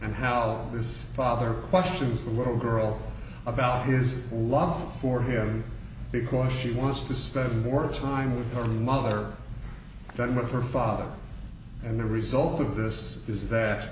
and how his father questions the little girl about his love for him because she wants to spend more time with her mother than with her father and the result of this is that